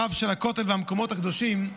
הרב של הכותל והמקומות הקדושים,